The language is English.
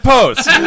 Post